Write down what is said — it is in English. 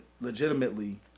legitimately